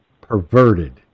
perverted